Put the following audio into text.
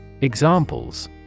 Examples